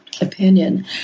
opinion